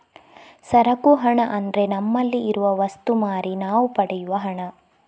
ಸರಕು ಹಣ ಅಂದ್ರೆ ನಮ್ಮಲ್ಲಿ ಇರುವ ವಸ್ತು ಮಾರಿ ನಾವು ಪಡೆಯುವ ಹಣ